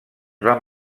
van